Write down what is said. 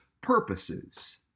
purposes